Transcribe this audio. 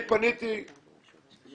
יש